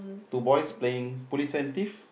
two boys playing presentive